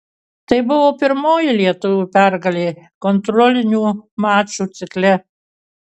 tai buvo pirmoji lietuvių pergalė kontrolinių mačų cikle